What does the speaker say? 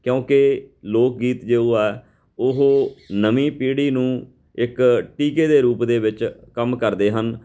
ਕਿਉਂਕਿ ਲੋਕ ਗੀਤ ਜੋ ਆ ਉਹ ਨਵੀਂ ਪੀੜ੍ਹੀ ਨੂੰ ਇੱਕ ਟੀਕੇ ਦੇ ਰੂਪ ਦੇ ਵਿੱਚ ਕੰਮ ਕਰਦੇ ਹਨ